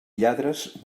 lladres